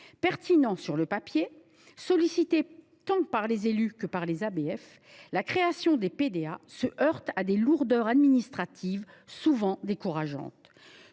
pertinents sur le papier et qu’ils sont sollicités tant par les élus que par les ABF, leur création se heurte à des lourdeurs administratives souvent décourageantes.